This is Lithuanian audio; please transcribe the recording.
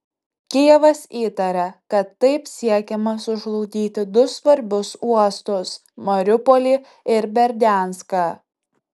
kijevas įtaria kad taip siekiama sužlugdyti du svarbius uostus mariupolį ir berdianską